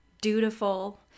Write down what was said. dutiful